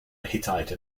hittite